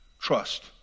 trust